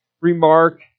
remark